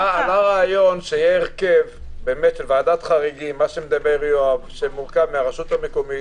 עלה רעיון שיהיה ועדת חריגים שמורכב מהרשות המקומית,